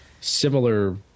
similar